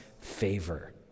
favor